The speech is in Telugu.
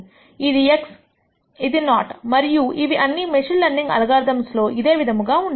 ఇది x ఇది నాట్ మరియు ఇవి అన్ని మెషిన్ లెర్నింగ్ అల్గోరిథమ్స్ లో ఇదే విధముగా ఉంటుంది